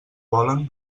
volen